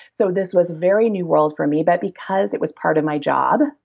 so this was very new world for me, but because it was part of my job,